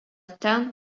ten